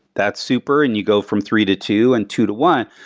that's super. and you go from three to two and two to one.